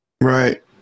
Right